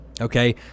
Okay